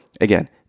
again